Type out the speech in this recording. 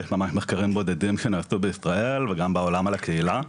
יש ממש מחקרים בודדים שנעשו בישראל וגם בעולם על הקהילה.